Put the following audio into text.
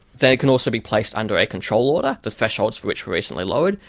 they can also be placed under a control order, the thresholds for which were recently lowered,